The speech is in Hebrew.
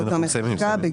זו המחיקה.